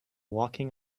walking